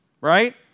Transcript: right